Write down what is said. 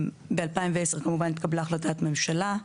ב-2010 כמובן התקבלה החלטת ממשלה,